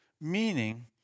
meaning